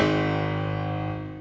and